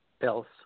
else